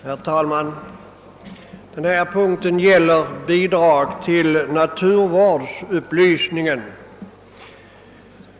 Herr talman! Denna punkt gäller bidrag till naturvårdsupplysning.